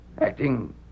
Acting